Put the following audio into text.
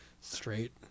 straight